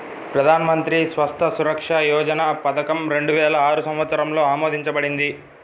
ప్రధాన్ మంత్రి స్వాస్థ్య సురక్ష యోజన పథకం రెండు వేల ఆరు సంవత్సరంలో ఆమోదించబడింది